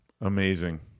Amazing